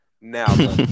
now